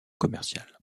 commerciale